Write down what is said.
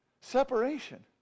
Separation